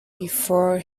before